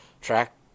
track